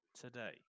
today